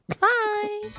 Bye